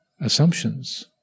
assumptions